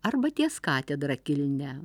arba ties katedra kilnia